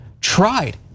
tried